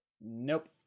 Nope